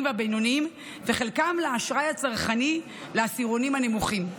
והבינוניים וחלקם לאשראי הצרכני לעשירונים הנמוכים.